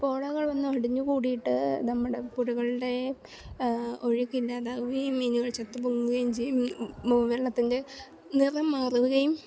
പോളകൾ വന്നടിഞ്ഞു കൂടിയിട്ട് നമ്മുടെ പുഴകളുടെ ഒഴിക്കില്ലാതാകുകയും മീനുകൾ ചത്തു പൊങ്ങുകയും ചെയ്യും വെള്ളത്തിൻ്റെ നിറം മാറുകയും